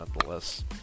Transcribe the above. nonetheless